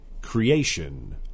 Creation